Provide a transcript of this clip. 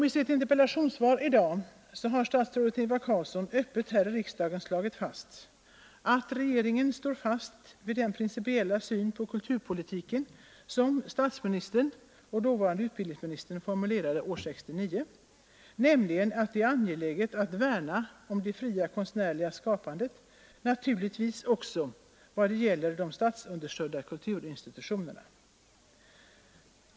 I sitt interpellationssvar i dag har statsrådet Ingvar Carlsson öppet här i riksdagen slagit fast att regeringen vidhåller sin principiella syn på kulturpolitiken, den syn som statsministern och dåvarande utbildningsministern formulerade år 1969, nämligen att det är angeläget att värna om det fria konstnärliga skapandet. ”Detta gäller naturligtvis också de statsunderstödda kulturinstitutionerna”, säger utbildningsministern.